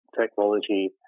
technology